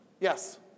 Yes